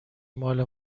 مال